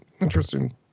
Interesting